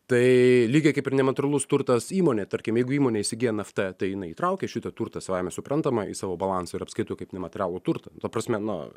tai lygiai kaip ir nematerialus turtas įmonė tarkim jeigu įmonė įsigyja nft tai jinai įtraukia šitą turtą savaime suprantama į savo balansą ir apskaito kaip nematerialų turtą ta prasme na